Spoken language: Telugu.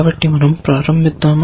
కాబట్టి మనం ప్రారంభిద్దాంమా